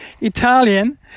italian